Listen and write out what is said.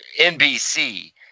nbc